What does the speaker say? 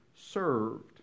served